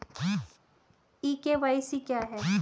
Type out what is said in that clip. ई KYC क्या है?